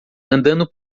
andando